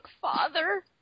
father